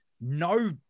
no